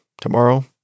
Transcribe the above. tomorrow